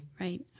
Right